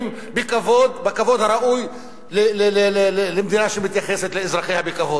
בכבוד הראוי למדינה שמתייחסת לאזרחיה בכבוד.